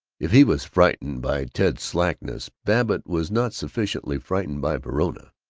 if he was frightened by ted's slackness, babbitt was not sufficiently frightened by verona.